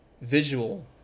visual